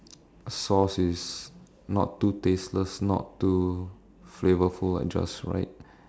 sauce is not too tasteless not too flavourful like just right